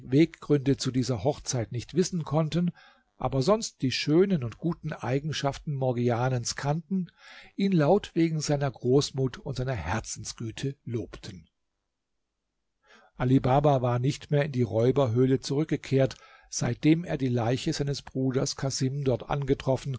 beweggründe zu dieser hochzeit nicht wissen konnten aber sonst die schönen und guten eigenschaften morgianens kannten ihn laut wegen seiner großmut und seiner herzensgüte lobten ali baba war nicht mehr in die räuberhöhle zurückgekehrt seitdem er die leiche seines bruders casim dort angetroffen